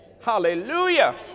hallelujah